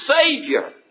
Savior